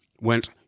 went